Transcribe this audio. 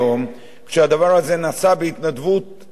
כשהדבר הזה נעשה בהתנדבות טוטלית,